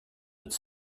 its